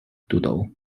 doodle